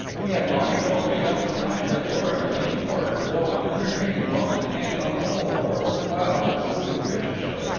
he had long ago made up his mind that lora delane porter, though an entertaining woman and, on the whole, more worth while than a moving-picture show,